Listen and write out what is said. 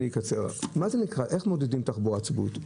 איך מעודדים תחבורה ציבורית?